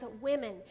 women